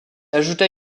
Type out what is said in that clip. ajouta